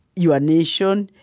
your nation,